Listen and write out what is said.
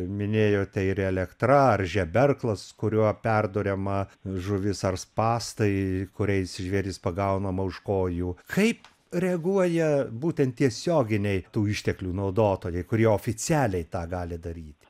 minėjote ir elektra ar žeberklas kuriuo perduriama žuvis ar spąstai kuriais žvėris pagaunama už kojų kaip reaguoja būtent tiesioginiai tų išteklių naudotojai kurie oficialiai tą gali daryti